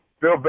Bill